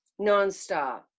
nonstop